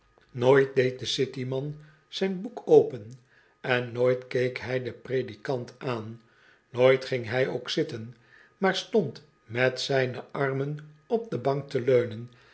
nooit deed de city man zijn boek open en nooit keek hij den predikant aan nooit ging hij ook zitten maar stond met zijne armen op de bank te leunen